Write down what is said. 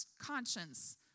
conscience